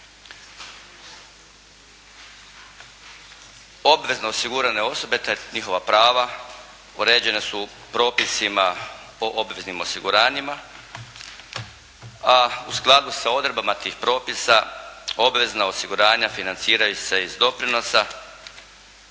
Obvezno osigurane osobe, te njihova prava uređena su propisima o obveznim osiguranjima, a u skladu sa odredbama tih propisa obvezna osiguranja financiraju se iz doprinosa